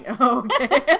Okay